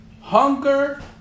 Hunger